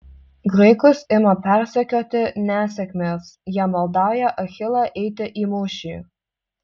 graikus ima persekioti nesėkmės jie maldauja achilą eiti į mūšį